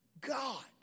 God